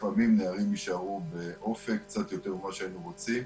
לפעמים נערים יישארו ב"אופק" קצת יותר ממה שהיינו רוצים.